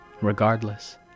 regardless